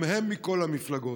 גם הן מכל המפלגות,